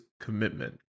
commitment